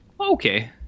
okay